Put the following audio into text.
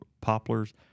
poplars